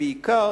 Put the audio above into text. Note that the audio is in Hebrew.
בעיקר